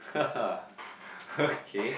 okay